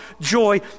joy